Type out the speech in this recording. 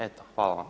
Eto, hvala vam.